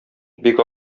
бик